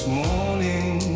morning